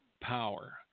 power